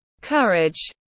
courage